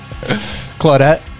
Claudette